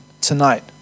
tonight